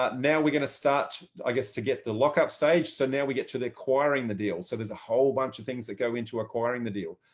ah now we're going to start ah to get the lock up stage. so now we get to the acquiring the deal. so there's a whole bunch of things that go into acquiring the deal.